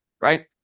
right